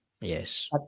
Yes